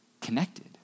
connected